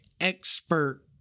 expert